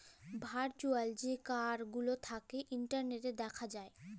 virtual যে কাড় গুলা থ্যাকে ইলটারলেটে দ্যাখা যায়